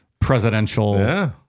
presidential